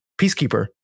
Peacekeeper